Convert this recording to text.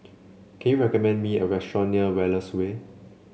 can you recommend me a restaurant near Wallace Way